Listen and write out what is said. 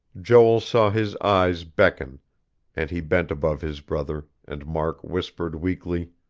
joel saw his eyes beckon and he bent above his brother, and mark whispered weakly